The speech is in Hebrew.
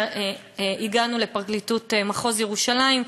שהגענו לפרקליטות מחוז ירושלים,